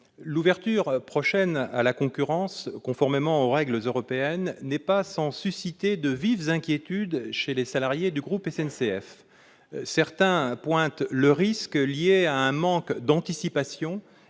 L'ouverture prochaine à la concurrence, conformément aux règles européennes, n'est pas sans susciter de vives inquiétudes chez les salariés du groupe SNCF. Certains pointent le risque lié à un manque d'anticipation